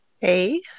Hey